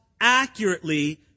accurately